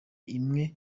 imwe